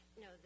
no